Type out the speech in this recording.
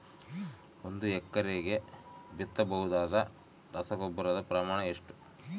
ಒಂದು ಎಕರೆಗೆ ಬಿತ್ತಬಹುದಾದ ರಸಗೊಬ್ಬರದ ಪ್ರಮಾಣ ಎಷ್ಟು?